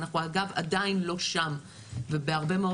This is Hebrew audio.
אנחנו אגב עדיין לא שם ובהרבה מאוד